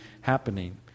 happening